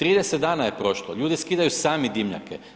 30 dana je prošlo, ljudi skidaju sami dimnjake.